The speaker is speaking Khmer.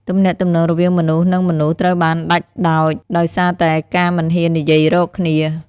ទំនាក់ទំនងរវាងមនុស្ស និងមនុស្សត្រូវបានដាច់ដោច ដោយសារតែការមិនហ៊ាននិយាយរកគ្នា។